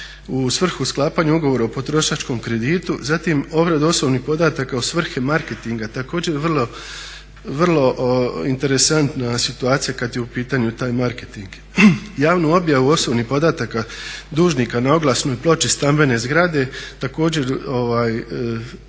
u svrhu sklapanja ugovora o potrošačkom kreditu. Zatim obrada osobnih podataka u svrhu marketinga, također vrlo interesantna situacija kada je u pitanju taj marketing, javnu objavu osobnih podataka dužnika na oglasnoj ploči stambene zgrade također